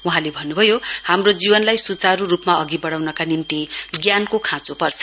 वहाँले भन्न्भयो हाम्रो जीवनलाई स्चारू रूपमा अधि बढ़ाउनका निम्ति ज्ञानको खाँचो पर्छ